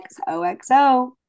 xoxo